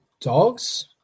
dogs